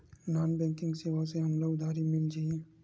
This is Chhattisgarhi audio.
नॉन बैंकिंग सेवाएं से हमला उधारी मिल जाहि?